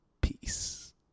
peace